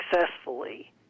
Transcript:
successfully